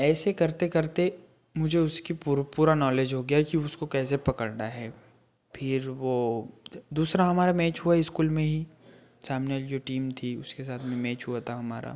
ऐसे करते करते मुझे उसकी पुर पूरा नॉलेज हो गया कि उसको कैसे पकड़ना है फिर वह ज दूसरा हमारा मैच हुआ स्कूल में ही सामने वाली जो टीम थी उसके साथ में मैच हुआ था हमारा